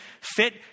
fit